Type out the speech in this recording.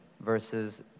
versus